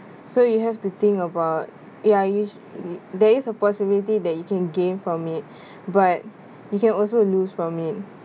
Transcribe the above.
so you have to think about ya usual~ there is a possibility that you can gain from it but you can also lose from it